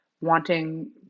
wanting